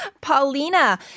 Paulina